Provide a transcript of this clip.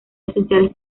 esenciales